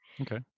Okay